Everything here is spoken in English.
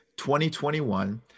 2021